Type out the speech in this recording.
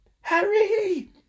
Harry